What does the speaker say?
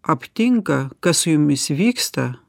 aptinka kas su jumis vyksta